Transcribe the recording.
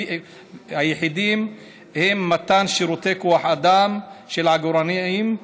היחידים הם מתן שירותי כוח אדם של עגורנאים,